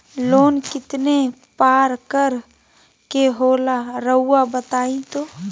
Loan कितने पारकर के होला रऊआ बताई तो?